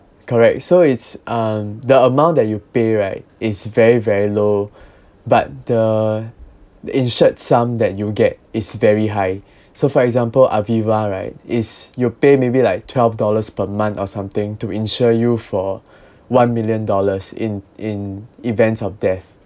correct so it's um the amount that you pay right is very very low but the insured sum that you'll get is very high so for example AVIVA right is you pay maybe like twelve dollars per month or something to insure you for one million dollars in in events of death